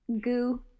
goo